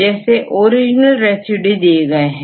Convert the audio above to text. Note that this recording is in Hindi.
जैसे ओरिजिनल रेसिड्यू दिए गए हैं